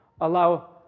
Allow